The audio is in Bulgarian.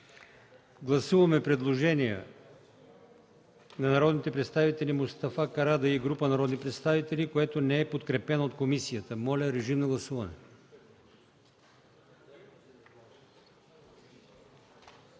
17. Има предложение от народния представител Мустафа Карадайъ и група народни представители, което не е подкрепено от комисията. Ако обичате, режим на гласуване.